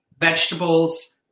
vegetables